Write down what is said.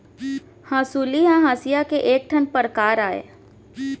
हँसुली ह हँसिया के एक ठन परकार अय